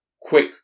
quick